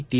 T